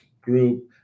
group